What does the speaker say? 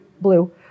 blue